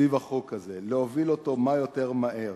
סביב החוק הזה, להוביל אותו מה יותר מהר,